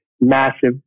massive